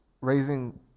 raising